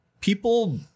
people